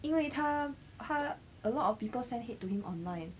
因为他他 a lot of people send hate to him online